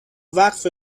وقف